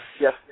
Yes